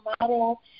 model